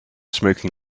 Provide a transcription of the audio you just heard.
smoking